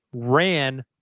ran